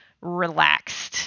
relaxed